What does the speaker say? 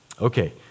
Okay